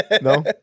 No